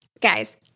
Guys